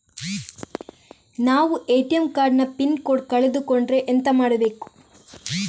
ನಾವು ATM card ನ pin code ಕಳೆದು ಕೊಂಡ್ರೆ ಎಂತ ಮಾಡ್ಬೇಕು?